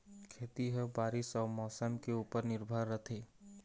खेती ह बारीस अऊ मौसम के ऊपर निर्भर रथे